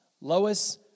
Lois